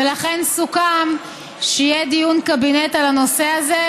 לכן סוכם שיהיה דיון קבינט על הנושא הזה,